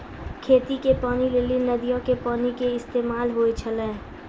खेती के पानी लेली नदीयो के पानी के इस्तेमाल होय छलै